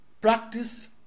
Practice